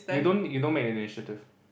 you don't you don't make the initiative